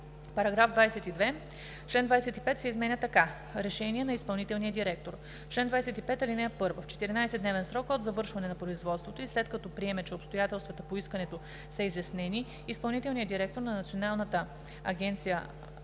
§ 22. Член 25 се изменя така: „Решения на изпълнителния директор Чл. 25. (1) В 14-дневен срок от завършване на производството и след като приеме, че обстоятелствата по искането са изяснени, изпълнителният директор на Националната агенция